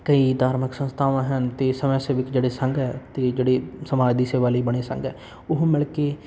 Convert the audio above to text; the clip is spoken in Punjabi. ਕਈ ਧਾਰਮਿਕ ਸੰਸਥਾਵਾਂ ਹਨ ਅਤੇ ਸਮਾਜ ਸੇਵਿਕ ਜਿਹੜੇ ਸੰਘ ਹੈ ਅਤੇ ਜਿਹੜੇ ਸਮਾਜ ਦੀ ਸੇਵਾ ਲਈ ਬਣੇ ਸੰਘ ਹੈ ਉਹ ਮਿਲ ਕੇ